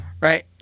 right